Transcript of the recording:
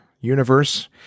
universe